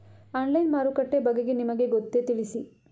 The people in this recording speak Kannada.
ಆನ್ಲೈನ್ ಮಾರುಕಟ್ಟೆ ಬಗೆಗೆ ನಿಮಗೆ ಗೊತ್ತೇ? ತಿಳಿಸಿ?